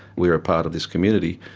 we're a part of this community,